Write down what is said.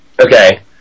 okay